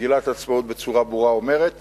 ומגילת העצמאות בצורה ברורה אומרת